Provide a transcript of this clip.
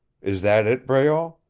is that it, breault?